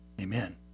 amen